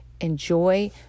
Enjoy